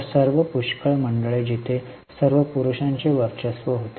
तर सर्व पुष्कळ मंडळे जिथे सर्व पुरुषांचे वर्चस्व होते